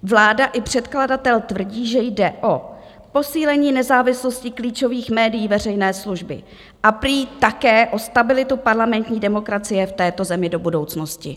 Vláda i předkladatel tvrdí, že jde o posílení nezávislosti klíčových médií veřejné služby a prý také o stabilitu parlamentní demokracie v této zemi do budoucnosti.